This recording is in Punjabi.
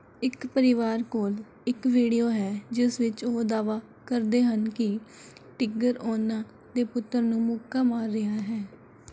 ਇੱਕ ਪਰਿਵਾਰ ਕੋਲ ਇੱਕ ਵੀਡੀਓ ਹੈ ਜਿਸ ਵਿੱਚ ਉਹ ਦਾਅਵਾ ਕਰਦੇ ਹਨ ਕਿ ਟਿਗਰ ਉਨ੍ਹਾਂ ਦੇ ਪੁੱਤਰ ਨੂੰ ਮੁੱਕਾ ਮਾਰ ਰਿਹਾ ਹੈ